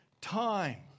time